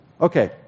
Okay